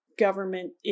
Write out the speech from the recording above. government